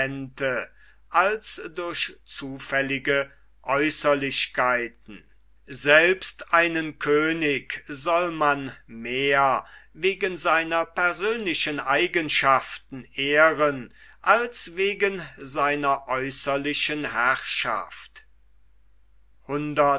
als durch zufällige aeußerlichkeiten selbst einen könig soll man mehr wegen seiner persönlichen eigenschaften ehren als wegen seiner äußerlichen herrschaft